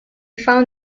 found